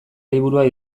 liburua